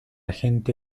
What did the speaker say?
gente